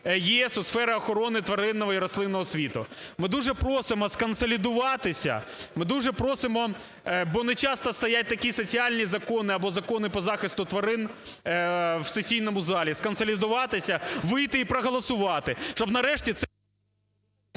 ЄС у сфері охорони тваринного і рослинного світу. Ми дуже просимо сконсолідуватися. Ми дуже просимо, бо не часто стоять такі соціальні закони або закони по захисту тварин в сесійному залі. Сконсолідуватися, вийти і проголосувати, щоб нарешті це…